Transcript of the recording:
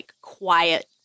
quiet